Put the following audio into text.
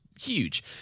huge